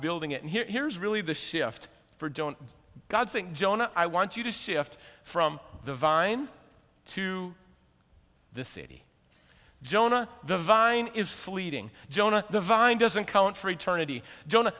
building it here here's really the shift for don't god think jonah i want you to shift from the vine to the city jonah the vine is fleeting jonah the vine doesn't count for eternity jonah